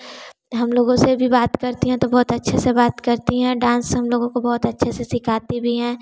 हम लोगों से भी बात करती हैं तो बहुत अच्छे से बात करती हैं डांस हम लोगों को बहुत अच्छे से सिखाती भी हैं